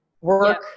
work